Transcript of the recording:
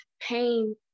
pain